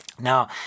Now